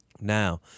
Now